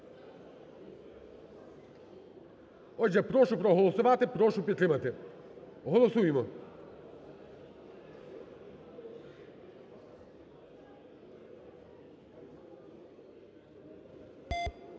Отже, прошу проголосувати, прошу підтримати. Голосуємо.